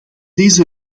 deze